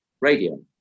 radio